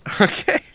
Okay